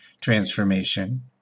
transformation